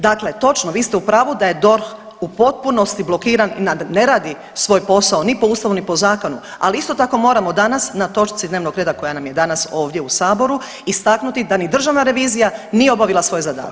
Dakle točno, vi ste u pravu da je DORH u potpunosti blokiran, da ne radi svoj posao ni po Ustavu ni po zakonu, ali isto tako moramo danas na točci dnevnog reda koja nam je danas ovdje u Saboru istaknuti da ni državna revizija nije obavila svoj zadatak.